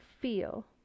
feel